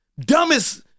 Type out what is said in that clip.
dumbest